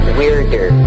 weirder